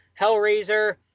hellraiser